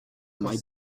mai